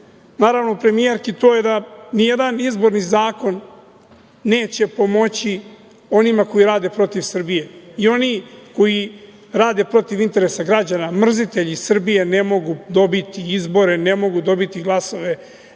naravno premijerki, to je da ni jedan izborni zakon neće pomoći onima koji rade protiv Srbije i oni koji rade protiv interesa građana, mrzitelji Srbije ne mogu dobiti izbore, ne mogu dobiti glasove,